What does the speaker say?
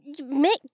make